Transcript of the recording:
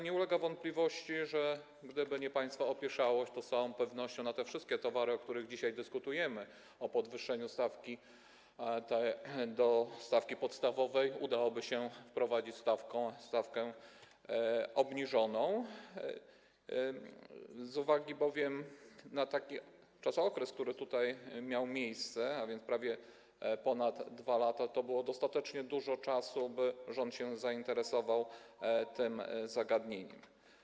Nie ulega wątpliwości, że gdyby nie państwa opieszałość, to z całą pewnością na te wszystkie towary, o których dzisiaj dyskutujemy, o podwyższeniu stawki do stawki podstawowej, udałoby się wprowadzić stawkę obniżoną, z uwagi bowiem na taki okres, który tutaj miał miejsce, a więc prawie ponad 2 lata, było dostatecznie dużo czasu, by rząd się zainteresował tym zagadnieniem.